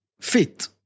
fit